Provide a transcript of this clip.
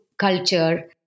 culture